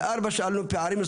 אנחנו חייבים להיערך לשם.